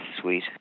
sweet